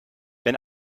wenn